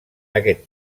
aquest